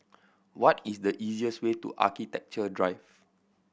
what is the easiest way to Architecture Drive